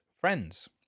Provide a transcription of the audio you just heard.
friends